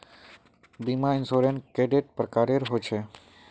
बीमा इंश्योरेंस कैडा प्रकारेर रेर होचे